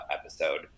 episode